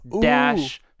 dash